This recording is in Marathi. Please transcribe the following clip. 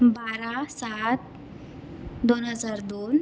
बारा सात दोन हजार दोन